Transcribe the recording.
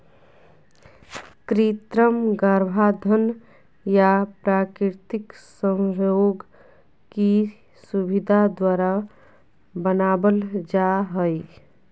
कृत्रिम गर्भाधान या प्राकृतिक संभोग की सुविधा द्वारा बनाबल जा हइ